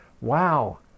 Wow